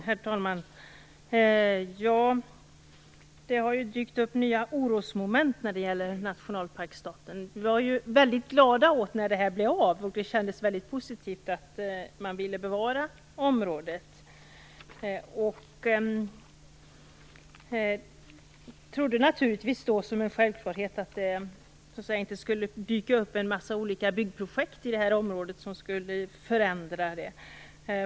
Herr talman! Det har dykt upp nya orosmoment när det gäller nationalstadsparken. Vi var väldigt glada när den blev av. Det kändes mycket positivt att man ville bevara området. Vi trodde naturligtvis att det var självklart att det inte skulle dyka upp en mängd olika byggprojekt i området som skulle förändra det.